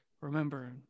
remember